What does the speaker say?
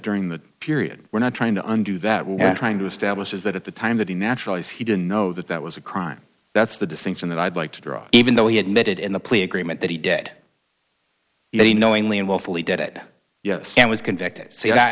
during the period we're not trying to undo that we're trying to establish is that at the time that he naturally as he didn't know that that was a crime that's the distinction that i'd like to draw even though he admitted in the plea agreement that he did he knowingly and willfully did it yes and was convicted s